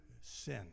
sin